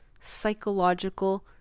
psychological